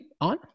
on